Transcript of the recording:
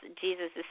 Jesus